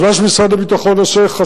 אז מה שמשרד הביטחון עושה,